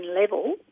level